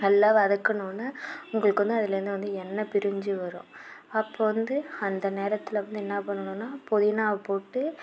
நல்லா வதக்குனோடன உங்களுக்கு வந்து அதுலேருந்து வந்து எண்ணெய் பிரிஞ்சு வரும் அப்போது வந்து அந்த நேரத்தில் வந்து என்ன பண்ணணுனால் புதினா போட்டு